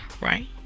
Right